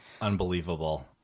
Unbelievable